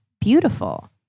beautiful